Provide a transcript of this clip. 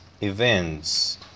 events